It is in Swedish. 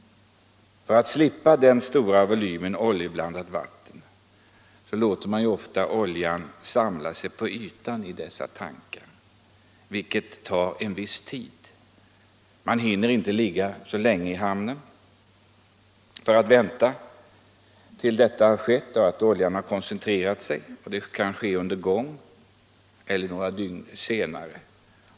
För att slippa den stora volymen oljeblandat vatten låter man ofta oljan samlas på ytan i dessa tankar, vilket tar en viss tid. Man hinner inte ligga så länge i hamn och vänta tills oljan koncentrerat sig. Det kan ske under gång eller några dygn senare.